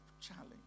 challenge